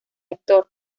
actor